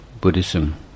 Buddhism